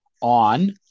on